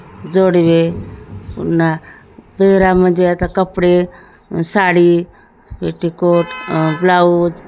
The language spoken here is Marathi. जोडवे पुन्हा पेरा म्हणजे आता कपडे साडी पेटिकोट ब्लाउज